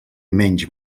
menys